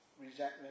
resentment